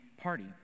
party